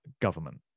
government